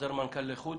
חוזר מנכ"ל לחוד